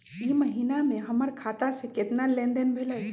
ई महीना में हमर खाता से केतना लेनदेन भेलइ?